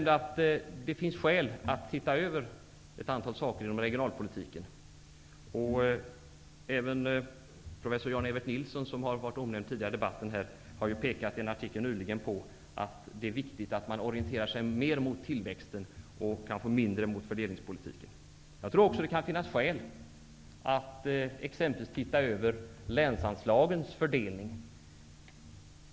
Det finns skäl att se över en del saker inom regionalpolitiken. Även professor Jan-Evert Nilsson, som omnämnts tidigare i debatten, har nyligen i en artikel pekat på hur viktigt det är att mer orientera sig mot tillväxten och mindre mot fördelningspolitiken. Jag tror också att det kan finnas skäl att exempelvis se över länsanslagens fördelning.